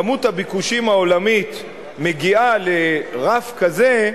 כמות הביקושים העולמית מגיעה לרף כזה,